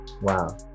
Wow